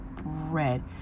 red